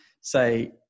say